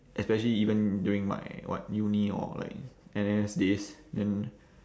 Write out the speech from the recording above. especially even during my what uni or like N_S days then